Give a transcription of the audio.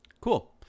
Cool